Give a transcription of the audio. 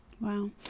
Wow